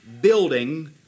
building